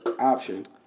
option